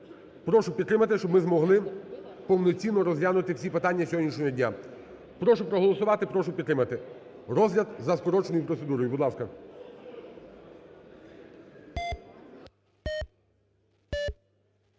Прошу підтримати, щоб ми змогли повноцінно розглянути всі питання сьогоднішнього дня. Прошу проголосувати, прошу підтримати розгляд за скороченою процедурою. Будь ласка.